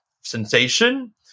sensation